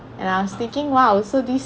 and I was thinking !wow! so this